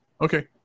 Okay